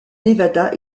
nevada